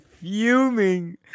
fuming